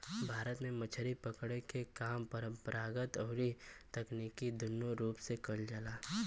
भारत में मछरी पकड़े के काम परंपरागत अउरी तकनीकी दूनो रूप से कईल जाला